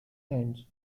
tents